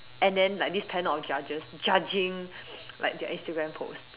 and then like this panel of judges judging like their Instagram post